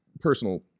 personal